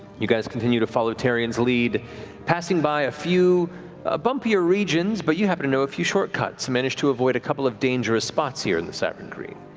you guys continue to follow taryon's lead passing by a few ah bumpier regions, but you happen to know a few shortcuts, and manage to avoid a couple of dangerous spots here in the cyrengreen.